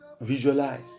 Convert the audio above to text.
visualize